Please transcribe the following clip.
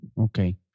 Okay